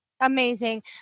Amazing